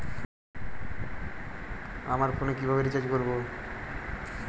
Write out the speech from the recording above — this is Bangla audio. আমার ফোনে কিভাবে রিচার্জ করবো?